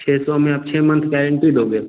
छः सौ में आप छः मंथ गैरेंटी दोगे